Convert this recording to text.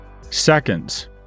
Seconds